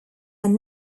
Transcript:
are